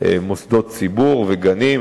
מוסדות ציבור וגנים,